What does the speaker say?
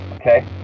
okay